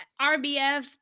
RBF